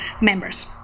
members